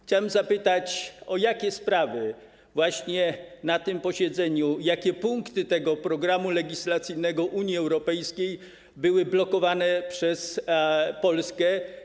Chciałem zapytać, jakie sprawy na tym posiedzeniu, jakie punkty programu legislacyjnego Unii Europejskiej były blokowane przez Polskę.